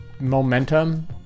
momentum